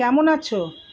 কেমন আছো